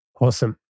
awesome